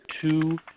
two